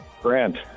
Grant